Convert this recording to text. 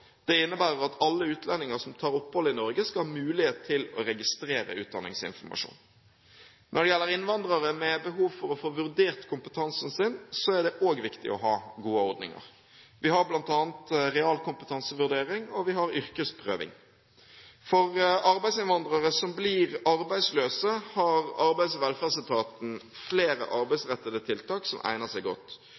Det innebærer at alle utlendinger som tar opphold i Norge, skal ha mulighet til å registrere utdanningsinformasjon. Når det gjelder innvandrere med behov for å få vurdert kompetansen sin, er det også viktig å ha gode ordninger. Vi har bl.a. realkompetansevurdering, og vi har yrkesprøving. For arbeidsinnvandrere som blir arbeidsløse, har Arbeids- og velferdsetaten flere arbeidsrettede tiltak som egner seg godt,